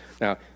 Now